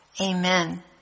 Amen